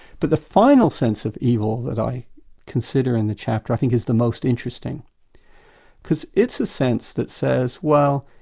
but the final sense of evil that i consider in the chapter i think is the most interesting because it's the sense that says, well,